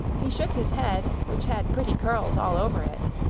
he shook his head, which had pretty curls all over it,